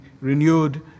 renewed